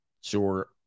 Sure